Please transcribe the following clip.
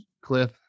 Cliff